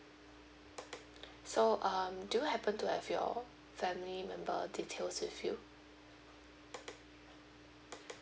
so um do you happen to have your family member details with you